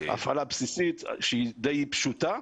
הפעלה בסיסית שהיא די פשוטה,